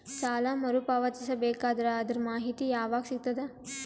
ಸಾಲ ಮರು ಪಾವತಿಸಬೇಕಾದರ ಅದರ್ ಮಾಹಿತಿ ಯವಾಗ ಸಿಗತದ?